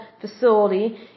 Facility